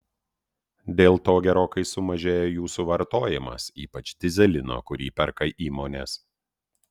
dėl to gerokai sumažėjo jų suvartojimas ypač dyzelino kurį perka įmonės